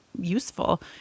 useful